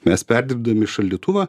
mes perdirbdami šaldytuvą